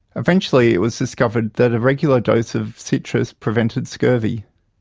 eventually it was discovered that a regular dose of citrus prevented scurvy.